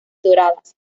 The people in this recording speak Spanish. doradas